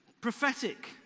Prophetic